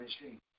machine